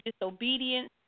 disobedience